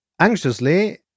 Anxiously